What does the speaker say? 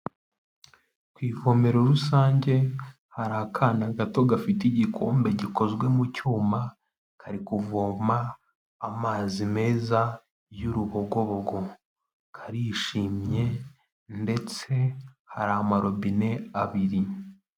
Ku ivomero rusange hari akana gato gafite igikombe gikozwe mu cyuma, kari kuvoma amazi meza y'uruhogobogo. Karishimye ndetse hari amarobine abiri.